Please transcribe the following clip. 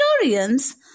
historians